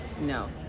no